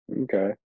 Okay